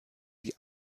die